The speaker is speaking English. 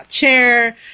chair